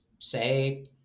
say